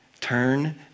Turn